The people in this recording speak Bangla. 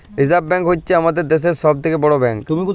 রিসার্ভ ব্ব্যাঙ্ক হ্য়চ্ছ হামাদের দ্যাশের সব থেক্যে বড় ব্যাঙ্ক